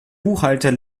buchhalter